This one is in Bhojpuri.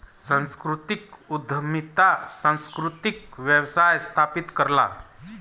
सांस्कृतिक उद्यमिता सांस्कृतिक व्यवसाय स्थापित करला